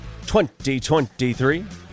2023